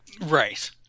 Right